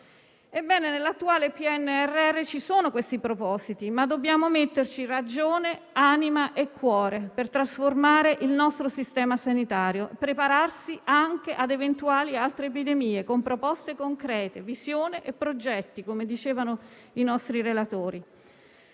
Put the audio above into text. Ebbene, nell'attuale PNRR ci sono questi propositi, ma dobbiamo metterci ragione, anima e cuore per trasformare il nostro Sistema sanitario, per prepararci anche ad eventuali altre epidemie con proposte concrete, visione e progetti, come dicevano i nostri relatori.